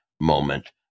moment